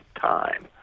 time